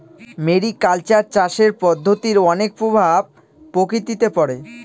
mariculture চাষের পদ্ধতির অনেক প্রভাব প্রকৃতিতে পড়ে